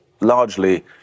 largely